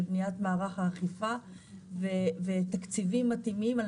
לבניית מערך האכיפה ותקציבים מתאימים על